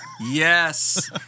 yes